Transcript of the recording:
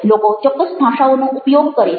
લોકો ચોક્કસ ભાષાઓનો ઉપયોગ કરે છે